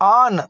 on